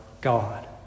God